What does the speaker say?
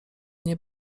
nie